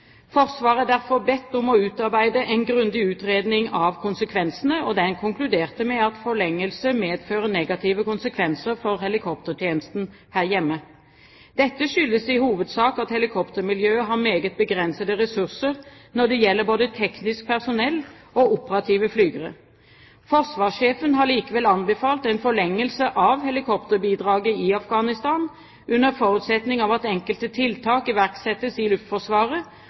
Forsvaret ble derfor bedt om å utarbeide en grundig utredning av konsekvensene, og den konkluderte med at forlengelse medfører negative konsekvenser for helikoptertjenesten her hjemme. Dette skyldes i hovedsak at helikoptermiljøet har meget begrensede ressurser for både teknisk personell og operative flygere. Forsvarssjefen har likevel anbefalt en forlengelse av helikopterbidraget i Afghanistan, under forutsetning av at enkelte tiltak iverksettes i Luftforsvaret